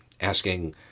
asking